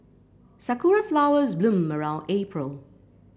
sakura flowers bloom around April